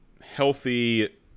healthy